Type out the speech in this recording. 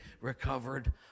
recovered